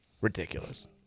Ridiculous